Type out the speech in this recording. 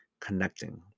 Connecting